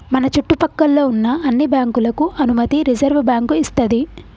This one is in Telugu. మన చుట్టు పక్కల్లో ఉన్న అన్ని బ్యాంకులకు అనుమతి రిజర్వుబ్యాంకు ఇస్తది